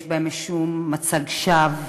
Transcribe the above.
יש בהם משום מצג שווא,